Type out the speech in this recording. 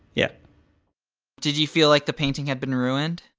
yeah did you feel like the painting had been ruined?